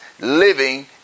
living